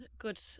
good